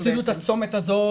בגללו הם הפסידו את הצומת הזה,